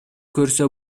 көрсө